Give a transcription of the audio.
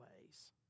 ways